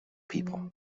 people